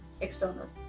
external